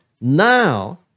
now